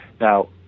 Now